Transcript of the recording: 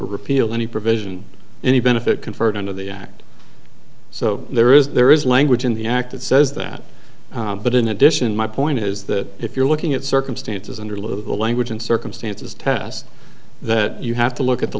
repeal any provision any benefit conferred under the act so there is there is language in the act it says that but in addition my point is that if you're looking at circumstances and the language and circumstances tast that you have to look at the